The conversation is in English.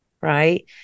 right